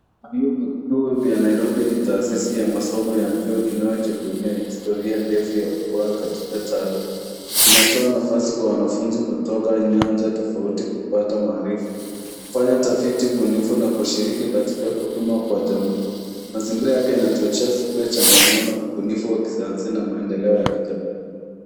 Vyuo vikuu vya nairobi ni taasisi ya masomo ya juu inayojivunia historia ndefu ya ubora katika taaluma. Inatoa nafasi kwa wanafunzi kutoka nyanja tofauti kupata maarifa, kufanya tafiti bunifu na kushiriki katika huduma Kwa jamii. Mazingira yake yanachochea fikra changamano, ubunifu wa kisayansi na maendeleo ya kijamii.